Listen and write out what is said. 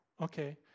Okay